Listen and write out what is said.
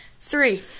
Three